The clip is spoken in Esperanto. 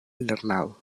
lernado